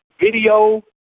video